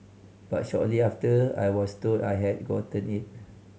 but shortly after I was told I had gotten it